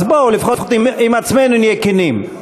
אז בואו, לפחות עם עצמנו נהיה כנים.